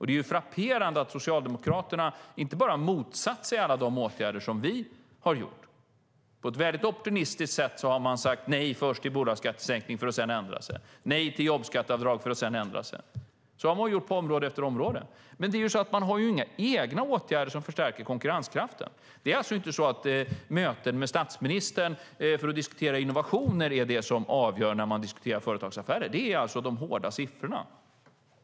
Det är frapperande att Socialdemokraterna inte bara har motsatt sig alla de åtgärder som vi har genomfört, utan på ett väldigt optimistiskt sätt har man sagt nej först till sänkning av bolagsskatten och sedan ändrat sig, och man har sagt nej till jobbskatteavdraget för att sedan ändra sig. Så har man gjort på område efter område. Men man har inga egna åtgärder som förstärker konkurrenskraften. Det är inte så att möten med statsministern för att diskutera innovationer är det som avgör när man diskuterar företagsaffärer. Det är de hårda siffrorna.